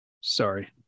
Sorry